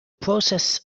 process